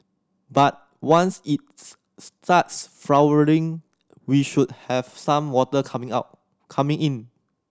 but once its starts flowering we should have some water coming out coming in